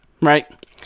right